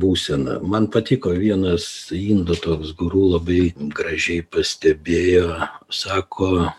būsena man patiko vienas indų toks guru labai gražiai pastebėjo sako